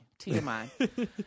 TMI